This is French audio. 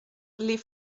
les